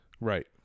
Right